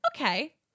Okay